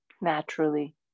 Naturally